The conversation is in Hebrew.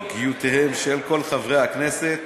בהסתייגויותיהם של כל חברי הכנסת.